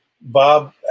bob